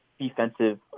defensive